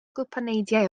gwpaneidiau